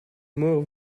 more